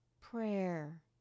prayer